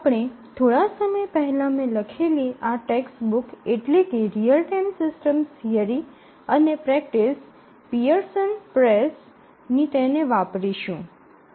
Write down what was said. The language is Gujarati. આપણે થોડા સમય પહેલા મે લખેલી આ ટેક્ષ્ટબૂક એટલે કે રીઅલ ટાઇમ સિસ્ટમ્સ થિએરી અને પ્રેક્ટિસ પીઅર્સન પ્રેસ ની તેને વાપરીશું